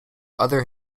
other